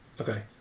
Okay